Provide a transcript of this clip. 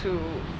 to